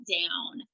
down